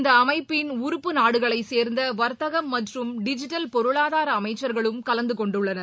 இந்தஅமைப்பின் உறப்பு நாடுகளைசேர்ந்தவர்த்தகம் மற்றும் டிஜிட்டல் பொருளாதாரஅமைச்சர்களும் கலந்துகொண்டுள்ளனர்